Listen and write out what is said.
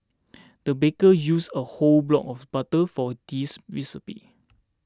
the baker used a whole block of butter for this recipe